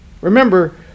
remember